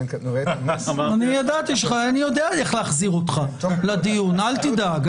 אני יודע איך להחזיר אותך לדיון, אל תדאג.